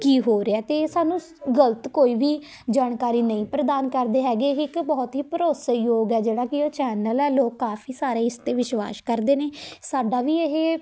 ਕੀ ਹੋ ਰਿਹਾ ਹੈ ਅਤੇ ਸਾਨੂੰ ਗਲਤ ਕੋਈ ਵੀ ਜਾਣਕਾਰੀ ਨਹੀਂ ਪ੍ਰਦਾਨ ਕਰਦੇ ਹੈਗੇ ਇਹ ਇੱਕ ਬਹੁਤ ਹੀ ਭਰੋਸੇਯੋਗ ਹੈ ਜਿਹੜਾ ਕਿ ਇਹ ਚੈਨਲ ਹੈ ਲੋਕ ਕਾਫੀ ਸਾਰੇ ਇਸ 'ਤੇ ਵਿਸ਼ਵਾਸ਼ ਕਰਦੇ ਨੇ ਸਾਡਾ ਵੀ ਇਹ